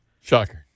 Shocker